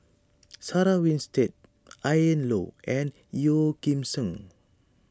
Sarah Winstedt Ian Loy and Yeo Kim Seng